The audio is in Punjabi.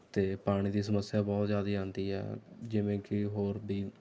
ਅਤੇ ਪਾਣੀ ਦੀ ਸਮੱਸਿਆ ਬਹੁਤ ਜ਼ਿਆਦਾ ਆਉਂਦੀ ਹੈ ਜਿਵੇਂ ਕਿ ਹੋਰ ਵੀ